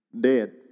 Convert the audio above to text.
Dead